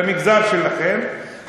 למגזר שלכם,